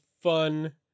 fun